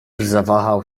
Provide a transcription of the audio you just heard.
zawahał